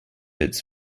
its